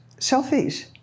selfies